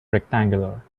rectangular